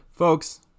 Folks